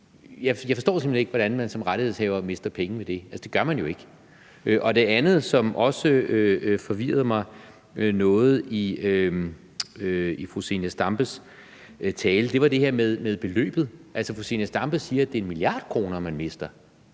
jeg simpelt hen ikke forstå, hvordan man som rettighedshaver mister penge ved det. Altså, det gør man jo ikke. Det andet, som også forvirrede mig noget i fru Zenia Stampes tale, var det her med beløbet. Altså, fru Zenia Stampe siger, at det er 1 mia. kr., man mister.